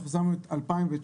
אנחנו שמנו את 2019,